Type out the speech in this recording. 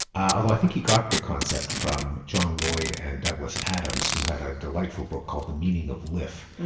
although i think he got the concept from john lloyd and douglas adams, who had a delightful book called the meaning of liff,